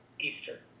Easter